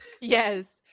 yes